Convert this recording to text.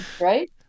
right